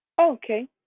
Okay